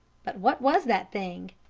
but what was that thing?